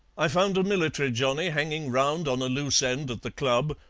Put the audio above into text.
i found a military johnny hanging round on a loose end at the club,